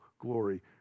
glory